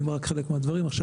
עכשיו,